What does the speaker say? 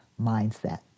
mindset